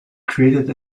created